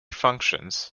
functions